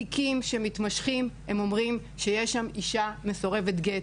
תיקים שמתמשכים אומרים שיש שם אישה מסורבת גט.